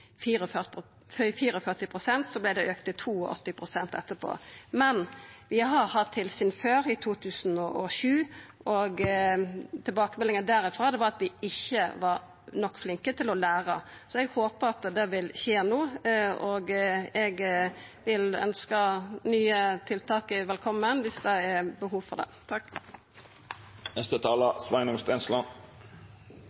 så vart det auka til 82 pst. etterpå. Men vi har hatt tilsyn før, i 2007, og tilbakemeldingane derifrå var at vi ikkje var flinke nok til å læra. Eg håpar at det vil skje no, og eg vil ønskja nye tiltak velkomne, viss det er behov for dei. Sepsis er en alvorlig og dødelig – ikke diagnose, men gruppediagnose. Det